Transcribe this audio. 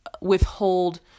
withhold